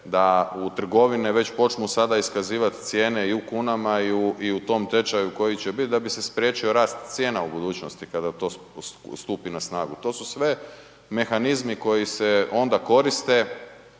da u trgovine počnu već sada iskazivati cijene i u kunama i u tom tečaju koji će biti da bi se spriječio rast cijena u budućnosti kada to stupi na snagu. To su sve mehanizmi koji se onda koriste